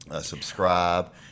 subscribe